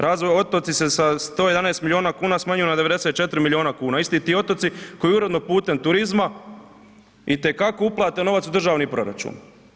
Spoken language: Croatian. Razvoj, otoci se sa 111 milijuna kuna smanjuju na 94 milijuna kuna, isti ti otoci koji uredno putem turizma itekako uplate novac u državni proračun.